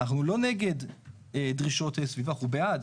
אנחנו לא נגד דרישות סביבה, אנחנו בעד.